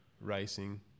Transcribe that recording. racing